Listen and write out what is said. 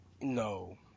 No